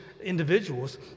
individuals